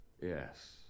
Yes